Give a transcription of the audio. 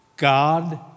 God